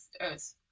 earth